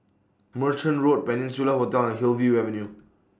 Merchant Road Peninsula Hotel and Hillview Avenue